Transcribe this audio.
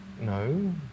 No